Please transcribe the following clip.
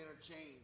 interchange